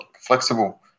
flexible